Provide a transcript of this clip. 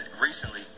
recently